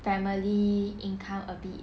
family income a bit